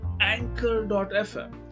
anchor.fm